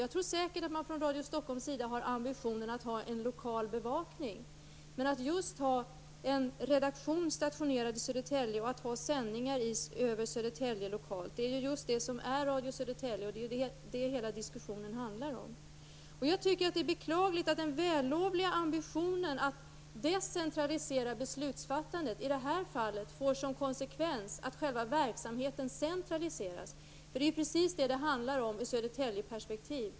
Jag tror säkert att man från Radio Stockholms sida har ambitionen att ha en lokal bevakning, men att just ha en redaktion stationerad i Södertälje och att ha sändningar lokalt över Södertälje är just det som är Radio Södertälje. Det är det hela diskussionen handlar om. Jag tycker att det är beklagligt att den vällovliga ambitionen att decentralisera beslutsfattandet i det här fallet får som konsekvens att själva verksamheten centraliseras. Det är precis vad det handlar om ur Södertäljeperspektiv.